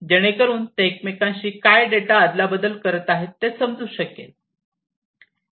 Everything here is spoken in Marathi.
जेणेकरून ते एकमेकांशी काय डेटा अदलाबदल करत आहेत ते समजू शकेल